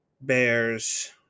Bears